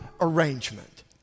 arrangement